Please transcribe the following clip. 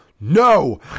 No